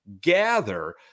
gather